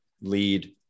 lead